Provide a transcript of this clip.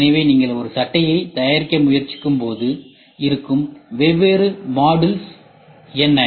எனவே நீங்கள் ஒரு சட்டை தயாரிக்க முயற்சிக்கும்போது இருக்கும் வெவ்வேறு மாடுல்ஸ் என்ன